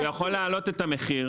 הוא יכול להעלות את המחיר